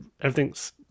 everything's